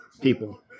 people